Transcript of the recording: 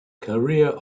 career